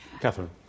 Catherine